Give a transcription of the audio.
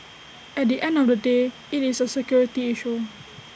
at the end of the day IT is A security issue